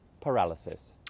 paralysis